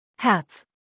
Herz